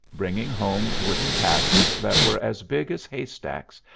bringing home wooden casks that were as big as hay-stacks,